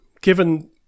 given